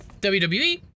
WWE